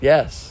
Yes